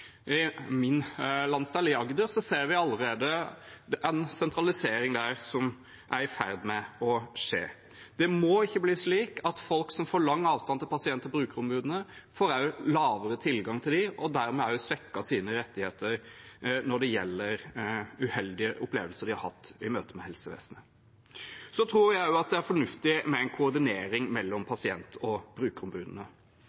I min landsdel, Agder, ser vi allerede en sentralisering som er i ferd med å skje. Det må ikke bli slik at folk som får lang avstand til pasient- og brukerombudene, også får lavere tilgang til dem og dermed får svekket sine rettigheter når det gjelder uheldige opplevelser de har hatt i møte med helsevesenet. Jeg tror også det er fornuftig med en koordinering mellom